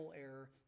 error